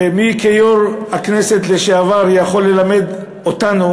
ומי כיו"ר הכנסת לשעבר יכול ללמד אותנו